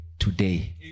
Today